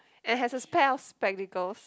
and has a pair of spectacles